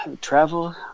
Travel